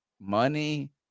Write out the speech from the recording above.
money